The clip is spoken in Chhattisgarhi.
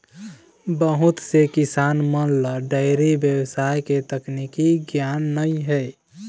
बहुत से किसान मन ल डेयरी बेवसाय के तकनीकी गियान नइ हे